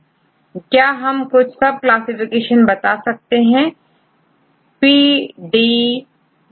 क्या आप कुछ सब क्लासिफिकेशन बता सकते हैं छात्रPDBM PBDTM क्या है